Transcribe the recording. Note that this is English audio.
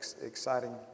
exciting